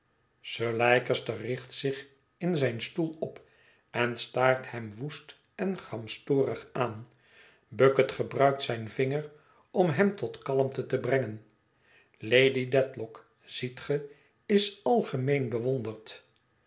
sir leicester richt zich in zijn stoel op en staart hem woest en gramstorig aan bucket gebruikt zijn vinger om hem tot kalmte te brengen lady dedlock ziet ge is algemeen bewonderd